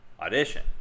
audition